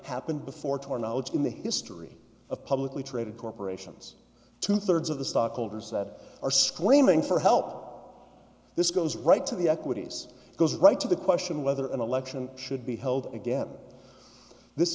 happened before to our knowledge in the history of publicly traded corporations two thirds of the stockholders that are screaming for help this goes right to the equities goes right to the question whether an election should be held again this